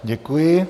Děkuji.